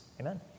Amen